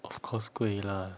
of course 贵 lah